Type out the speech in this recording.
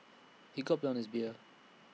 he gulped down his beer